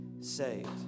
saved